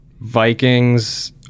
Vikings